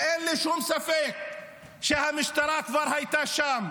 ואין לי שום ספק שהמשטרה כבר הייתה שם.